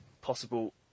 possible